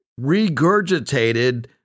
regurgitated